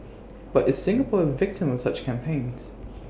but is Singapore A victim of such campaigns